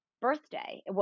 birthday